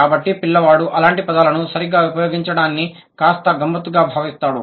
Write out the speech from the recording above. కాబట్టి పిల్లవాడు అలాంటి పదాలను సరిగ్గా ఉపయోగించడాన్ని కాస్త గమ్మత్తుగా భావిస్తాడు